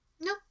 No